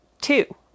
Two